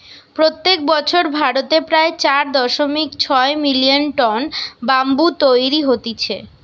প্রত্যেক বছর ভারতে প্রায় চার দশমিক ছয় মিলিয়ন টন ব্যাম্বু তৈরী হতিছে